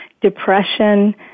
depression